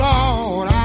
Lord